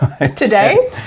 Today